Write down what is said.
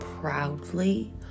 proudly